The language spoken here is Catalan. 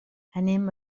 anem